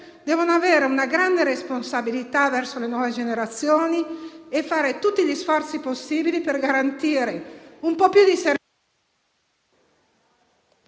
sentire una grande responsabilità verso le nuove generazioni, facendo tutti gli sforzi possibili per garantire un po' più di salute